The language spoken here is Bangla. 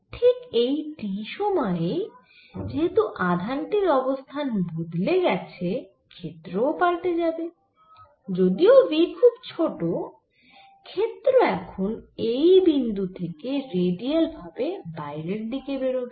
ঠিক এই t সময়েই যেহেতু আধান টির অবস্থান বদলে গেছে ক্ষেত্র ও পাল্টে যাবে যদিও v খুব ছোট ক্ষেত্র এখন এই বিন্দু থেকে রেডিয়াল ভেবে বাইরের দিকে বেরোবে